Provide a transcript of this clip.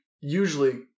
usually